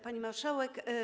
Pani Marszałek!